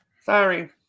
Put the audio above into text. Sorry